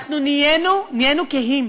אנחנו נהיינו קהים,